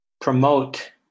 promote